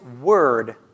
Word